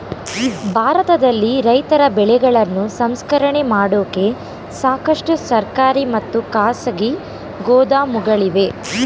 ಭಾರತದಲ್ಲಿ ರೈತರ ಬೆಳೆಗಳನ್ನು ಸಂಸ್ಕರಣೆ ಮಾಡೋಕೆ ಸಾಕಷ್ಟು ಸರ್ಕಾರಿ ಮತ್ತು ಖಾಸಗಿ ಗೋದಾಮುಗಳಿವೆ